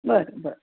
बरं बरं